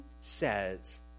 says